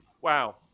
wow